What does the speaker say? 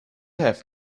have